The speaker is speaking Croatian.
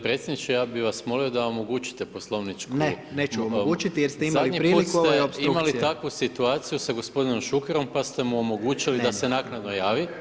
predsjedniče, ja bih vas molio da omogućite poslovničku [[Upadica predsjednik: Ne, neću omogućiti jer ste imali priliku i ovo je opstrukcija.]] Zadnji put ste imali takvu situaciju sa gospodinom Šukerom pa ste mu omogućili da se naknadno javi.